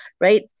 right